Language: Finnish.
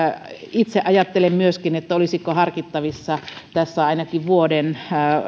itse ajattelen myöskin että olisiko harkittavissa tässä ainakin vuoden